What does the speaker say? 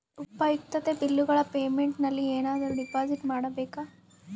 ಉಪಯುಕ್ತತೆ ಬಿಲ್ಲುಗಳ ಪೇಮೆಂಟ್ ನಲ್ಲಿ ಏನಾದರೂ ಡಿಪಾಸಿಟ್ ಮಾಡಬೇಕಾ?